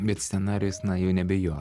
bet scenarijus na jau nebe jo